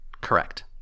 Correct